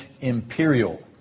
imperial